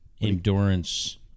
Endurance